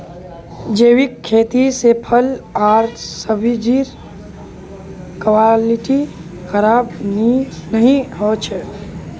जैविक खेती से फल आर सब्जिर क्वालिटी खराब नहीं हो छे